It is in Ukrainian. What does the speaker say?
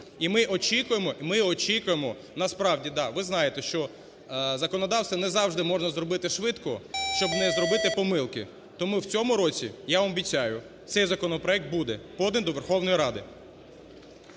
І ми очікуємо… ми очікуємо… насправді – да! Ви знаєте, що законодавство не завжди можна зробити швидко, щоб не зробити помилки. Тому в цьому році, я вам обіцяю, цей законопроект буде поданий до Верховної Ради.